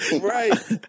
Right